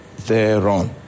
thereon